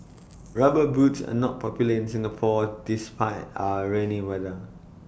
rubber boots are not popular in Singapore despite our rainy weather